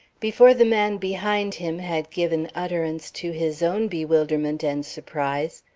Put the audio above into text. before the man behind him had given utterance to his own bewilderment and surprise,